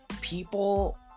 people